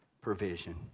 provision